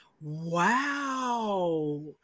Wow